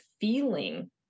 feeling